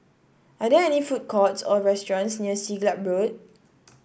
are there any food courts or restaurants near Siglap Road